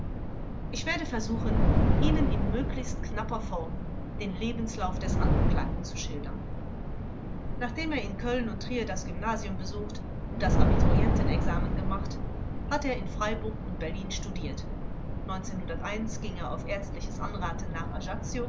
ich werde versuchen ihnen in möglichst knapper form den lebenslauf des angeklagten zu schildern nachdem er in köln und trier das gymnasium besucht und das abiturienten examen gemacht hat er in freiburg und berlin studiert ging er auf ärztliches anraten nach